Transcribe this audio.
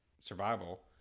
survival